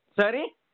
Sorry